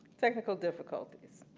technical difficulties.